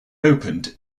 opened